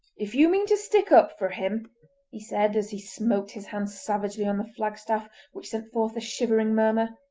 if you mean to stick up for him he said, as he smote his hands savagely on the flagstaff, which sent forth a shivering murmur,